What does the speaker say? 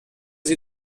sie